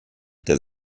der